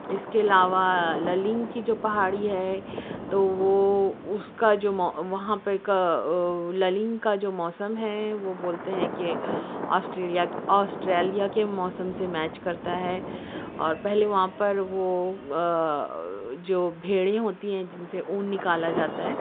اس کے علاوہ للنگ کی جو پہاڑی ہے تو وہ اس کا جومو وہاں پہ کا للنگ کا جو موسم ہے وہ بولتے ہیں کہ آسٹیریلیا کے آسٹریلیا کے موسم سے میچ کرتا ہے اور پہلے وہاں پر وہ جو بھیڑیں ہوتی ہیں جن سے اون نکالا جاتا ہے